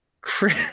Chris